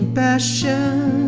passion